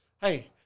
Hey